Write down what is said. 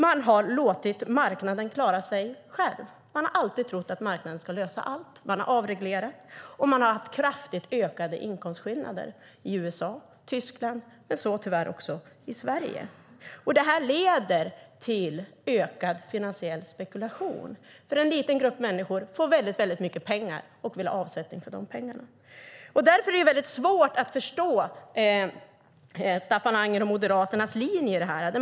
Man har låtit marknaden klara sig själv. Man har alltid trott att marknaden ska lösa allt. Man har avreglerat, och vi har haft kraftigt ökade inkomstskillnader i USA och Tyskland och tyvärr också i Sverige. Det leder till ökad finansiell spekulation. En liten grupp människor får väldigt mycket pengar och vill ha avsättning för dem. Det är svårt att förstå Staffan Angers och Moderaternas linje.